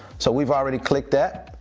so we've already clicked that.